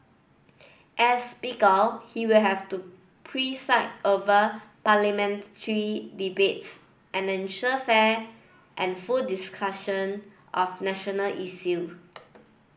as Speaker he will have to preside over Parliamentary debates and ensure fair and full discussion of national issues